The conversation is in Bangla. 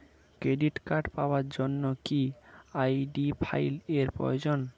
ক্রেডিট কার্ড পাওয়ার জন্য কি আই.ডি ফাইল এর প্রয়োজন?